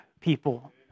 people